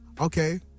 okay